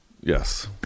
yes